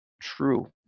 true